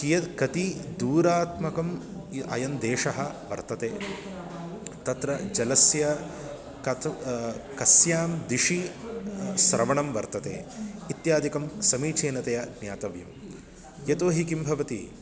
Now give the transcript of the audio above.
कियत् कति दूरात्मकम् अयन्देशः वर्तते तत्र जलस्य कत कस्यां दिशि स्रवणं वर्तते इत्यादिकं समीचीनतया ज्ञातव्यं यतो हि किं भवति